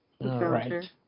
right